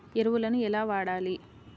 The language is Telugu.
ఎరువులను ఎలా వాడాలి?